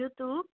YouTube